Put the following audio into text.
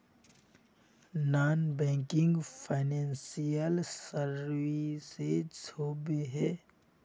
Non banking financial services होबे है?